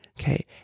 Okay